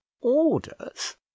orders